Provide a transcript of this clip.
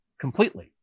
completely